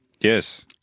yes